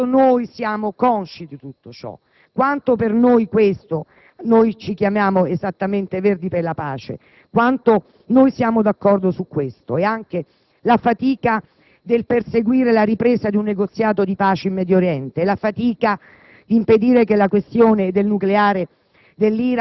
quanto siamo consci di tutto ciò, quanto noi, che ci chiamiamo appunto Verdi per la pace, siamo d'accordo su questo. E' anche la fatica del perseguire la ripresa di un negoziato di pace in Medio Oriente; è la fatica di impedire che la questione del nucleare